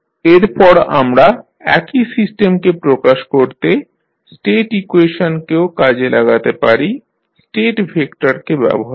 এরপর আমরা একই সিস্টেমকে প্রকাশ করতে স্টেট ইকুয়েশনকেও কাজে লাগাতে পারি স্টেট ভেক্টরকে ব্যবহার করে